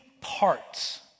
parts